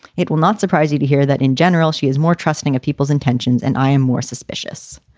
it will not surprise you to hear that in general, she is more trusting of people's intentions and i am more suspicious.